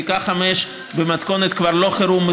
בריכה 5 כבר לא במתכונת חירום,